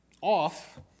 Off